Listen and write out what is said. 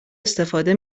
استفاده